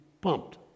pumped